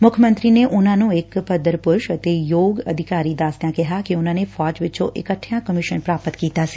ਮੁੱਖ ਮੰਤਰੀ ਨੇ ਉਨਾਂ ਨੂੰ ਇਕ ਭੱਦਰ ਪੁਰਸ਼ ਅਤੇ ਯੋਗ ਅਧਿਕਾਰੀ ਦਸਦਿਆਂ ਕਿਹੈ ਕਿ ਉਨਾਂ ਨੇ ਫੌਜ ਵਿਚੋਂ ਇੱਕਠਿਆ ਕਮਿਸ਼ਨ ਪ੍ਰਾਪਤ ਕੀਤਾ ਸੀ